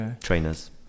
trainers